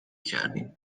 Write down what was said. کردیم